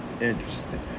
interesting